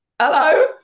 hello